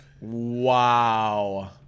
Wow